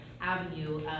avenue